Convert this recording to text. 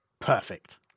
Perfect